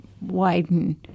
widen